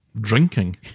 drinking